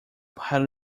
para